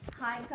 Hi